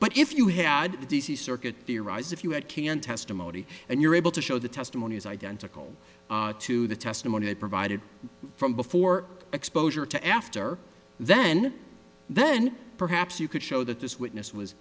but if you had the d c circuit to rise if you had can testimony and you're able to show the testimony is identical to the testimony provided from before exposure to after then then perhaps you could show that this witness was